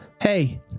Hey